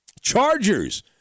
Chargers